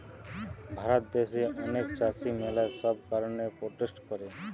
ভারত দ্যাশে অনেক চাষী ম্যালা সব কারণে প্রোটেস্ট করে